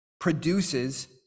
produces